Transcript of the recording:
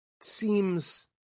seems